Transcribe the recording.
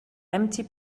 empty